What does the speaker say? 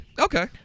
Okay